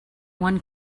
one